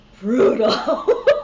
brutal